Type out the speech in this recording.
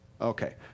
Okay